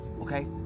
Okay